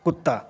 कुत्ता